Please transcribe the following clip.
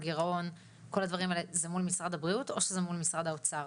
גירעון - כל הדברים האלה זה מול משרד הבריאות או שזה מול משרד האוצר?